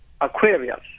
Aquarius